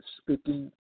speaking